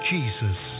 Jesus